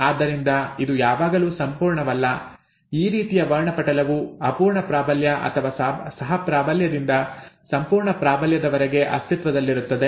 ಆದ್ದರಿಂದ ಇದು ಯಾವಾಗಲೂ ಸಂಪೂರ್ಣವಲ್ಲ ಈ ರೀತಿಯ ವರ್ಣಪಟಲವು ಅಪೂರ್ಣ ಪ್ರಾಬಲ್ಯ ಅಥವಾ ಸಹ ಪ್ರಾಬಲ್ಯದಿಂದ ಸಂಪೂರ್ಣ ಪ್ರಾಬಲ್ಯದವರೆಗೆ ಅಸ್ತಿತ್ವದಲ್ಲಿರುತ್ತದೆ